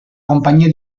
compagnia